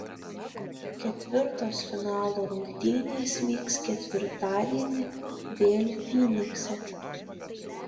ketvirtos finalo rungtynės vyks ketvirtadienį vėl fynikse